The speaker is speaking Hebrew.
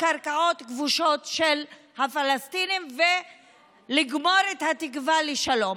קרקעות כבושות של הפלסטינים ולגמור את התקווה לשלום.